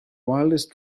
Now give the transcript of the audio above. wildest